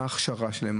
מה ההכשרה שלהם.